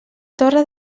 torre